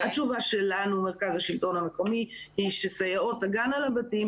התשובה שלנו במרכז השלטון המקומי היא שסייעות תגענה לבתים.